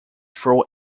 throw